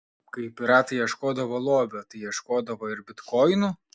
kai piratai ieškodavo lobio tai ieškodavo ir bitkoinų